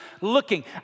looking